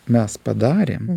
mes padarėm